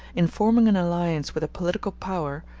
in forming an alliance with a political power,